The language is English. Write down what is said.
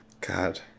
God